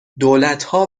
دولتها